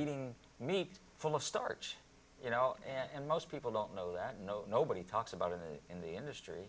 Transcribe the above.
eating meat full of starch you know and most people don't know that no nobody talks about it in the industry